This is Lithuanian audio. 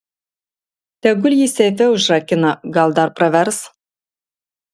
tegul jį seife užrakina gal dar pravers